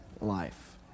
life